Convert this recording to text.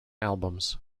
albums